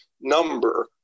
number